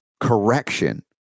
correction